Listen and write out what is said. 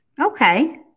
Okay